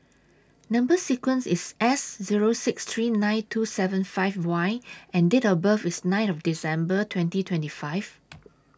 Number sequence IS S Zero six three nine two seven five Y and Date of birth IS nine December twenty twenty five